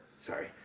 Sorry